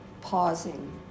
pausing